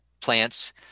plants